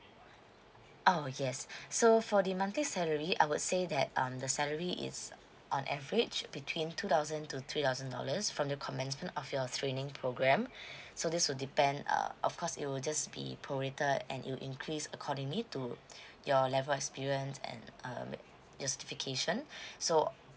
oh yes so for the monthly salary I would say that um the salary is on average between two thousand to three thousand dollars from the commencement of your training program so this so depend uh of course it will just be prorated and it will increase accordingly to your level experience and err your certification so